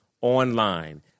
online